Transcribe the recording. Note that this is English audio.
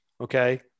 Okay